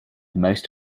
most